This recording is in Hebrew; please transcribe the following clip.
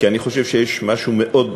כי אני חושב שיש משהו מאוד